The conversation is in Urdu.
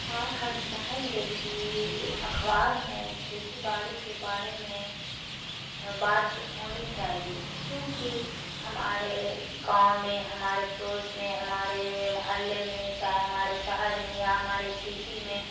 ہاں ہم چاہیں گے کہ اخبار میں کھیتی باڑی کے بارے میں بات ہونی چاہیے کیونکہ ہمارے گاؤں میں ہمارے پڑوس میں ہمارے محلے میں چاہے ہمارے شہر میں یا ہمارے سٹی میں